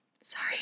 Sorry